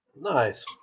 nice